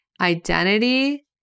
identity